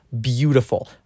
beautiful